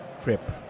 trip